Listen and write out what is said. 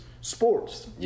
sports